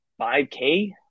5k